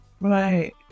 right